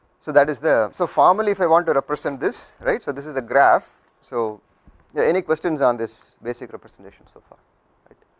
so that is the, so formally if i want to represent this right, so this is a graph, so they yeah any questions on this basic representation so for right,